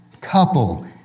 couple